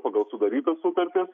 pagal sudarytą sutartį